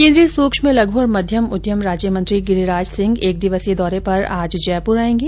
केन्द्रीय सूक्ष्म लघु और मध्यम उध्यम राज्य मंत्री गिरिराज सिंह एक दिवसीय दौरे पर आज जयपुर आयेंगे